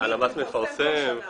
הלמ"ס מפרסם כל שנה.